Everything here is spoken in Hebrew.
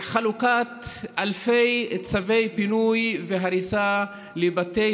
חלוקת אלפי צווי פינוי והריסה לבתי